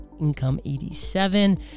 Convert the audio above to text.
income87